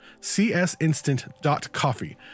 csinstant.coffee